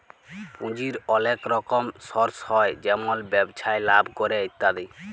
পুঁজির ওলেক রকম সর্স হ্যয় যেমল ব্যবসায় লাভ ক্যরে ইত্যাদি